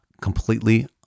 completely